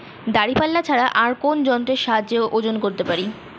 দাঁড়িপাল্লা ছাড়া আর কোন যন্ত্রের সাহায্যে ওজন করতে পারি?